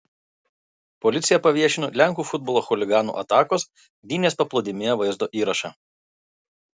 policija paviešino lenkų futbolo chuliganų atakos gdynės paplūdimyje vaizdo įrašą